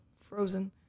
frozen